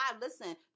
listen